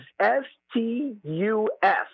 S-T-U-S